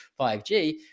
5g